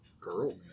girl